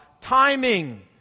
timing